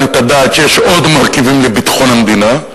את דעתו שיש עוד מרכיבים לביטחון המדינה.